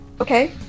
Okay